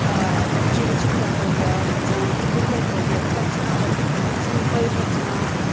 ਆਹਾ ਚਿੜੀ ਛਿੱਕਾ ਹੋ ਗਿਆ ਜਾਂ ਕ੍ਰਿਕਟ ਹੋ ਗਿਆ ਜਾਂ ਭੱਜਣਾ ਹੋ ਸਿੰਪਲ ਭੱਜਣਾ